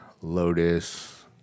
Lotus